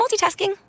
multitasking